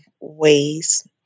ways